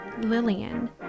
Lillian